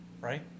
right